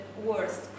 worst